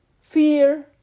Fear